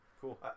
Cool